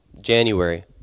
January